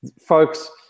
folks